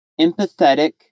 empathetic